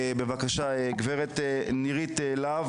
בבקשה, גב' נירית להב